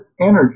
energy